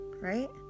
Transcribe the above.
right